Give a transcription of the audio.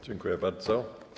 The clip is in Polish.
Dziękuję bardzo.